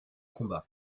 combats